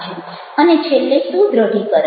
અને છેલ્લે સુદ્રઢીકરણ